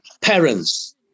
parents